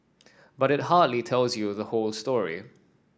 but it hardly tells you the whole story